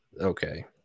Okay